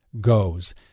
goes